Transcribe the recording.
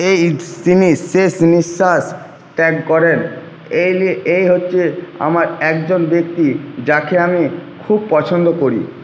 এই তিনি শেষ নিশ্বাস ত্যাগ করেন এই নিয়ে এই হচ্ছে আমার একজন ব্যক্তি যাঁকে আমি খুব পছন্দ করি